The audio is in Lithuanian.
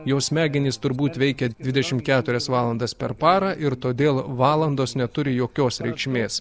jo smegenys turbūt veikiant dvidešimt keturias valandas per parą ir todėl valandos neturi jokios reikšmės